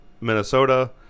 Minnesota